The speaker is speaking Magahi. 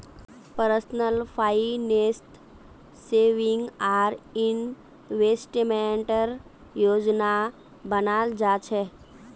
पर्सनल फाइनेंसत सेविंग आर इन्वेस्टमेंटेर योजना बनाल जा छेक